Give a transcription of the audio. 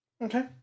okay